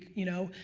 you know,